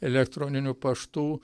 elektroniniu paštu